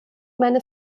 meine